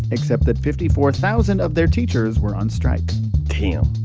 except that fifty four thousand of their teachers were on strike damn,